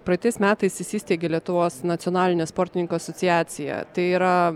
praeitais metais įsisteigė lietuvos nacionalinė sportininkų asociacija tai yra